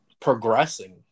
progressing